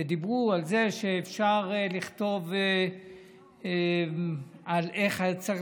ודיברו על זה שאפשר לכתוב על איך צריך